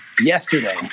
yesterday